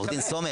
עורך דין סומך,